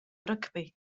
rygbi